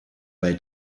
bei